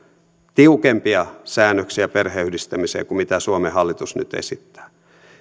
tiukempia säännöksiä perheenyhdistämiseen kuin mitä suomen hallitus nyt esittää